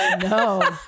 No